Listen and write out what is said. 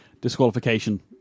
disqualification